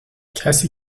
کسی